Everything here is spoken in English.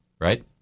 right